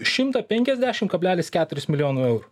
šimtą penkiasdešim kablelis keturis milijonų eurų